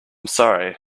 sorry